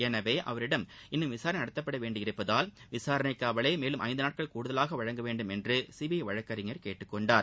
எனவே அவரிடம் இன்னும் விசாரணை நடத்தப்பட வேண்டியிருப்பதால் விசாரணை காவலை மேலும் ஐந்து நாட்கள் கூடுதலாக வழங்க வேண்டுமென்று சிபிஐ வழக்கறிஞர் கேட்டுக் கொண்டார்